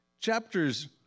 Chapters